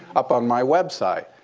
up on my website.